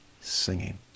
singing